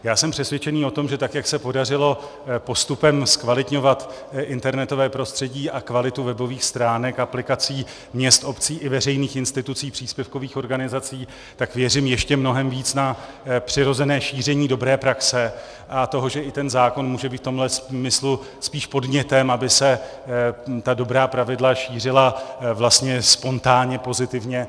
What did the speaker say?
Já jsem přesvědčený o tom, že tak jak se podařilo postupem zkvalitňovat internetové prostředí a kvalitu webových stránek aplikací měst, obcí i veřejných institucí, příspěvkových organizací, tak věřím ještě mnohem více na přirozené šíření dobré praxe a toho, že i ten zákon může být v tomhle smyslu spíše podnětem, aby se ta dobrá pravidla šířila vlastně spontánně pozitivně.